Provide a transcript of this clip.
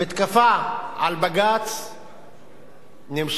המתקפה על בג"ץ נמשכת,